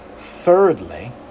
Thirdly